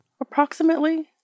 approximately